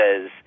says